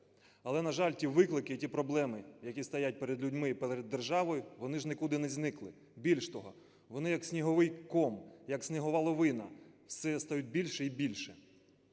Але, на жаль, ті виклики і ті проблеми, які стоять перед людьми і перед державою, вони ж нікуди не зникли. Більше того, вони як сніговий ком, як снігова лавина все стають більше і більше.